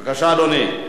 בבקשה, אדוני.